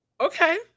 Okay